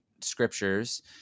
scriptures